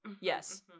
Yes